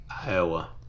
Iowa